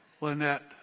Lynette